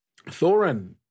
thorin